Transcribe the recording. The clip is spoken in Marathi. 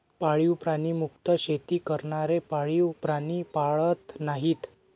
पाळीव प्राणी मुक्त शेती करणारे पाळीव प्राणी पाळत नाहीत